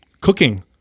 cooking